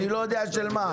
אני לא יודע של מה.